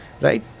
right